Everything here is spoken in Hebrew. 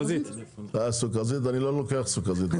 אה סוכרזית, אני לא לוקח סוכרזית כבר.